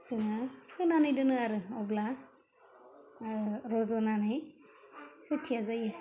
जोङो फोनानै दोनो आरो अब्ला ओह रज'नानै खोथिया जायो